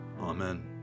Amen